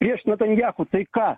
prieš netanyahu tai ką